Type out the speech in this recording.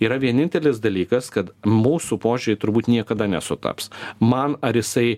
yra vienintelis dalykas kad mūsų požiūriai turbūt niekada nesutaps man ar jisai